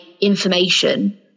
information